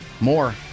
More